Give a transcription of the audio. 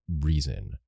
reason